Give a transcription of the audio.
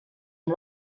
amb